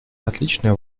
отличная